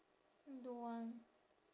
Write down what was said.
don't want